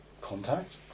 contact